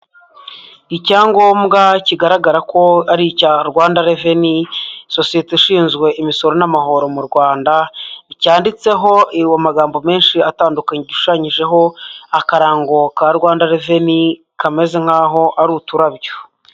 Icyangombwa kigaragara ko ari icya Rwanda reveni, sosiyete ishinzwe imisoro n'amahoro mu Rwanda, cyanditseho amagambo menshi atandukanye. Gishushanyijeho akarango ka Rwanda reveni, kameze nk'aho ari uturabyo.